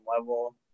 level